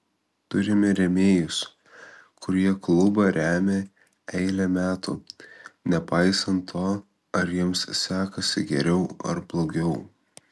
turime rėmėjus kurie klubą remia eilę metų nepaisant to ar jiems sekasi geriau ar blogiau